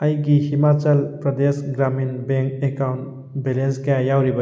ꯑꯩꯒꯤ Himachal Pradesh Gramin bank account balance ꯀꯌꯥ ꯌꯥꯎꯔꯤꯕꯒꯦ